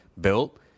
built